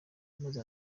maze